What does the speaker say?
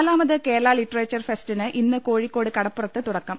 നാലാമത് കേരള ലിറ്ററേച്ചർ ഫെസ്റ്റിന് ഇന്ന് കോഴിക്കോട് കട പ്പുറത്ത് തുടക്കം